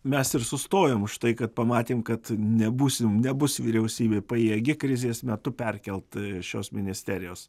mes ir sustojom už tai kad pamatėm kad nebūsim nebus vyriausybė pajėgi krizės metu perkelt šios ministerijos